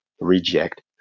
reject